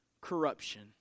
corruption